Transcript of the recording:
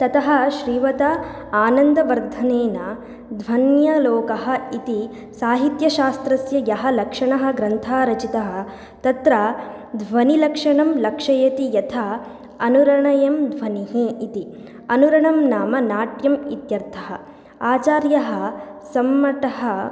ततः श्रीमता आनन्दवर्धनेन ध्वन्यालोकः इति साहित्यशास्त्रस्य यः लक्षणग्रन्थः रचितः तत्र ध्वनिलक्षणं लक्षयति यथा अनुरणयं ध्वनिः इति अनुरणं नाम नाट्यम् इत्यर्थः आचार्यः मम्मटः